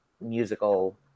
musical